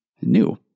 new